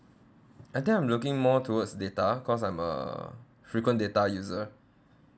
I think I'm looking more towards data cause I'm a frequent data user